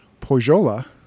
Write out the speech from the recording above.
Pojola